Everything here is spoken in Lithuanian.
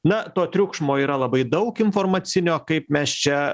na to triukšmo yra labai daug informacinio kaip mes čia